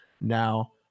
now